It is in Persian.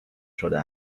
شده